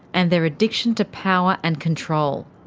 and their addiction to power and control.